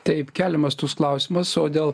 taip keliamas toks klausimas o dėl